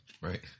right